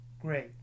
great